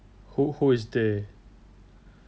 who who is they